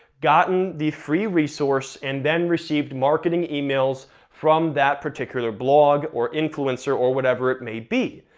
gotten the free resource, and then received marketing emails from that particular blog or influencer, or whatever it may be.